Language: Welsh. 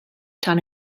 tan